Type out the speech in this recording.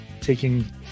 taking